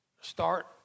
start